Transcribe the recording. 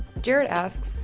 jared asks,